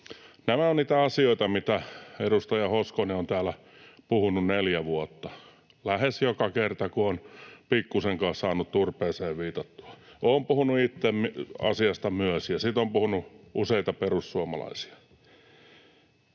Nämä ovat niitä asioita, mitä edustaja Hoskonen on täällä puhunut neljä vuotta lähes joka kerta, kun on pikkuisenkaan saanut turpeeseen viitattua. Olen myös itse puhunut asiasta, ja siitä on puhunut useita perussuomalaisia.